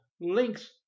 links